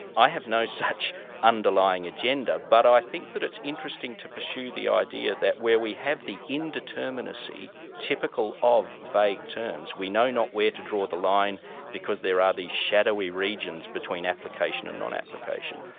i have no such underlying agenda, but i think that it's interesting to pursue the idea that where we have the indeterminacy typical of vague terms, we know not where to draw the line because there are these shadowy regions between application and non-application.